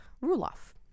Ruloff